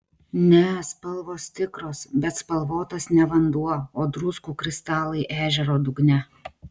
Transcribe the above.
ne spalvos tikros bet spalvotas ne vanduo o druskų kristalai ežero dugne